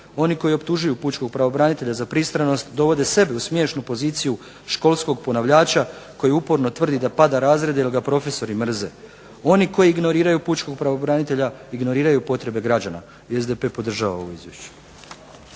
Oni koji optužuju pučkog pravobranitelja za pristranost dovode sebe u smiješnu poziciju školskog ponavljača koji uporno tvrdi da pada razrede jer ga profesori mrze. Oni koji ignoriraju pučkog pravobranitelja ignoriraju potrebe građana. SDP podržava ovo izvješće.